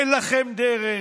אין לכם דרך,